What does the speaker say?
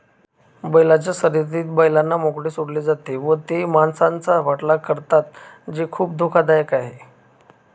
बैलांच्या शर्यतीत बैलांना मोकळे सोडले जाते व ते माणसांचा पाठलाग करतात जे खूप धोकादायक आहे